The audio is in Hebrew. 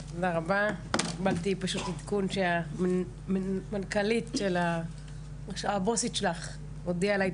קיבלתי עדכון שהמנכ"לית של הרשות לקידום מעמד